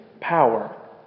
power